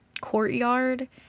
courtyard